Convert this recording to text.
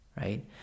right